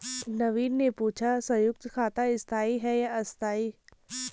नवीन ने पूछा संयुक्त खाता स्थाई है या अस्थाई